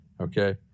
Okay